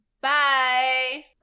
Bye